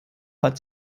hat